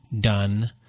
done